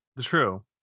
True